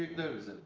those